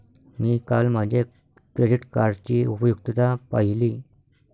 मी काल माझ्या क्रेडिट कार्डची उपयुक्तता पाहिली